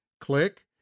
Click